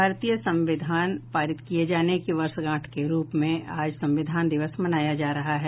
भारतीय संविधान पारित किए जाने की वर्षगांठ के रूप में आज संविधान दिवस मनाया जा रहा है